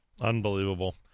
Unbelievable